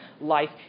life